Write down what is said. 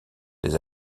des